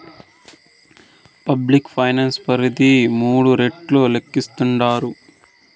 public finance పరిధి మూడు రెట్లు లేక్కేస్తాండారు